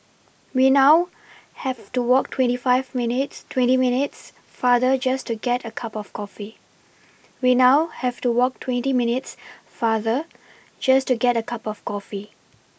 we now have to walk twenty five minutes twenty minutes farther just to get a cup of coffee we now have to walk twenty minutes farther just to get a cup of coffee